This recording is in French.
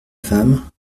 femme